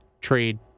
trade